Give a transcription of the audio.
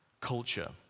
culture